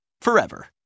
forever